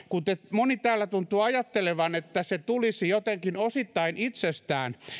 moni täällä tuntuu ajattelevan että se tulisi jotenkin osittain itsestään